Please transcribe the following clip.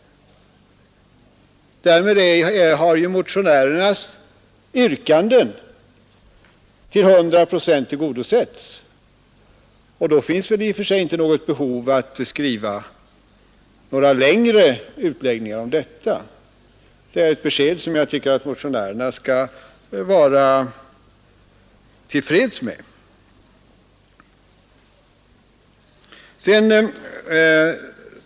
Därmed har ju motionärernas yrkande till 100 procent tillgodosetts, och då finns det ju i och för sig inte något behov av att skriva några längre utläggningar om detta. Det är ett besked som jag tycker att motionärerna skall vara till freds med.